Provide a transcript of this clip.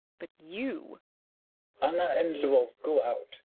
but you anna and lvoff go out.